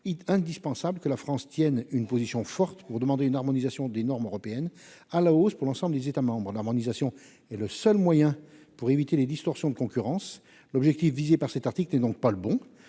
pourtant indispensable que la France tienne une position forte pour demander une harmonisation des normes européennes à la hausse pour l'ensemble des États membres. L'harmonisation est le seul moyen pour éviter les distorsions de concurrence. L'objectif visé par cet article n'est donc pas le bon.